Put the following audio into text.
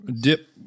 dip